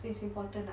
this important lah